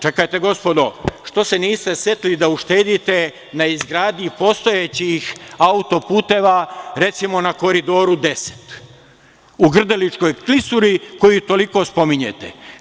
Čekajte, gospodo, što se niste setili da uštedite na izgradnji postojećih auto-puteva, recimo, na Koridoru 10, u Grdeličkoj klisuri koju toliko spominjete?